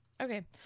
Okay